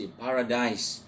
paradise